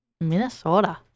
Minnesota